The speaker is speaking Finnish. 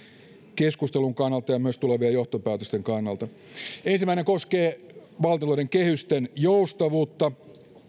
keskustelun ja myös tulevien johtopäätösten kannalta ensimmäinen koskee valtiontalouden kehysten joustavuutta